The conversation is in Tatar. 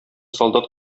солдат